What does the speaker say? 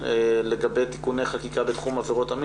הסיבה אגב שבמקרה של גואל רצון הוא לא הורשע בהחזקה בתנאי עבדות כי